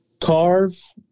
carve